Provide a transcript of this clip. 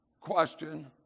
Question